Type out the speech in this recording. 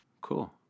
Cool